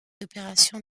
opérations